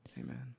Amen